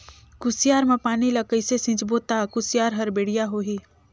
कुसियार मा पानी ला कइसे सिंचबो ता कुसियार हर बेडिया होही?